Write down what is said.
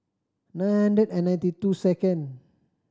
nine hundred and ninety two second